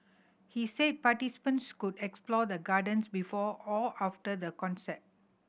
he said participants could explore the Gardens before or after the concert